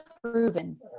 proven